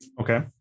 Okay